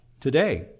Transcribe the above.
today